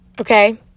okay